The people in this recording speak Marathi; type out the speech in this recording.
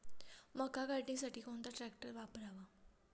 मका काढणीसाठी कोणता ट्रॅक्टर वापरावा?